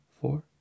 four